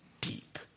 deep